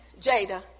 Jada